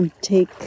Take